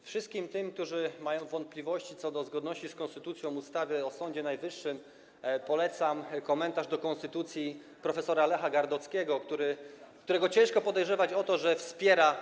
Wszystkim tym, którzy mają wątpliwości co do zgodności z konstytucją ustawy o Sądzie Najwyższym, polecam komentarz do konstytucji prof. Lecha Gardockiego, którego ciężko podejrzewać o to, że wspiera.